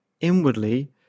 inwardly